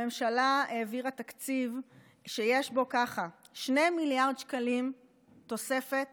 הממשלה העבירה תקציב שיש בו ככה: 2 מיליארד שקלים תוספת